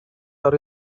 are